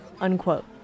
Unquote